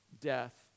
death